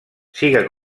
siga